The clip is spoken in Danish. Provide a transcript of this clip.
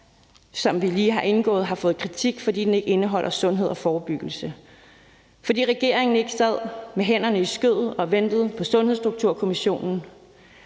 som vi lige har indgået, har fået kritik, fordi den ikke indeholder noget om sundhed og forebyggelse, fordi regeringen ikke sad med hænderne i skødet og ventede på Sundhedsstrukturkommissionen.